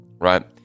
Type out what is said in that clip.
right